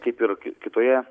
kaip ir kitoje